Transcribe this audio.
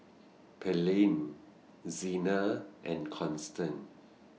Pearlie Zena and Constance